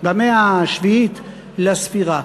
במאה השביעית לספירה.